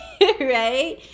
right